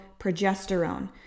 progesterone